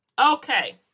Okay